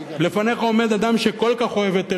לפניך עומד אדם שכל כך אוהב את ארץ-ישראל,